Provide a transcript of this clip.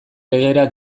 legera